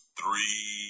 three